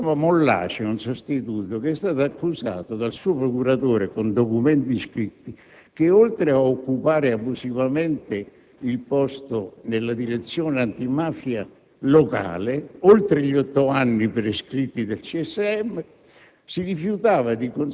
Mi pare che si chiami Mollace un sostituto che è stato accusato dal suo procuratore, con documenti scritti, perché, oltre ad occupare abusivamente il posto nella direzione antimafia locale (oltre gli otto anni prescritti dal CSM),